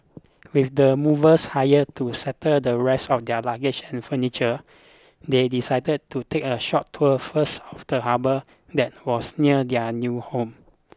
with the movers hired to settle the rest of their luggage and furniture they decided to take a short tour first of the harbour that was near their new home